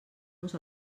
nos